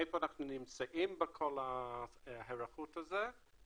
איפה אנחנו נמצאים בכל ההיערכות הזו ואני